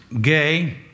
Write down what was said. gay